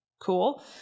cool